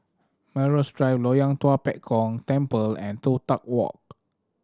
Melrose Drive Loyang Tua Pek Kong Temple and Toh Tuck Walk